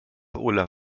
olaf